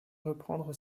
reprendre